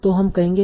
तो हम कहेंगे